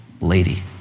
lady